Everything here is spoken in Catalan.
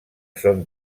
són